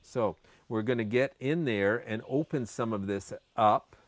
so we're going to get in there and open some of this up